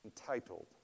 entitled